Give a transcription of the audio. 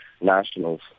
nationals